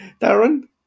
Darren